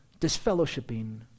disfellowshipping